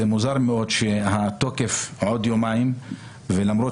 זה מוזר מאוד שהתוקף בעוד יומיים ולמרות